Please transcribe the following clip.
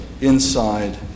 inside